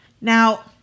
Now